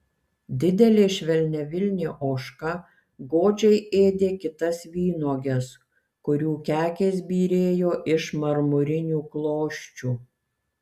didelė švelniavilnė ožka godžiai ėdė kitas vynuoges kurių kekės byrėjo iš marmurinių klosčių